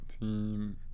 team